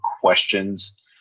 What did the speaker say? questions